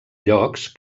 llocs